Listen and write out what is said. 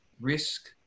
risk